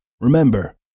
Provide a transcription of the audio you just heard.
Remember